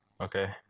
Okay